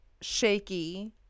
shaky